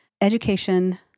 Education